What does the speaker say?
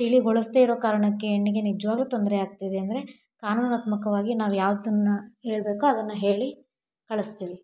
ತಿಳಿಗೊಳಿಸ್ದೆ ಇರೋ ಕಾರಣಕ್ಕೆ ಹೆಣ್ಣಿಗೆ ನಿಜವಾಗ್ಲೂ ತೊಂದರೆ ಆಗ್ತಿದೆ ಅಂದರೆ ಕಾನೂನಾತ್ಮಕವಾಗಿ ನಾವು ಯಾವ್ದನ್ನ ಹೇಳ್ಬೇಕೋ ಅದನ್ನು ಹೇಳಿ ಕಳಿಸ್ತೀವಿ